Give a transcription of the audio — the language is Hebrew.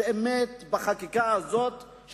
החקיקה הזאת,